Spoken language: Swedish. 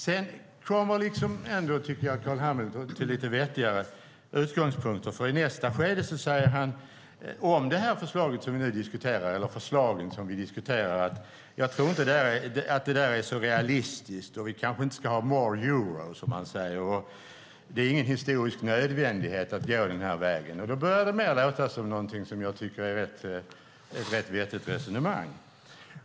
Sedan kommer Carl B Hamilton ändå till lite vettigare utgångspunkter, för i nästa skede säger han om förslagen som vi diskuterar att han inte tror att de är så realistiska, att vi kanske inte ska ha more euro, som han säger, och att det inte är en historisk nödvändighet att gå den vägen. Då börjar det mer låta som någonting som jag tycker är ett rätt vettigt resonemang.